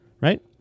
right